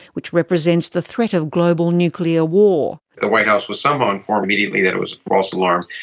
which represents the threat of global nuclear war. the white house was somehow informed immediately that it was a false alarm,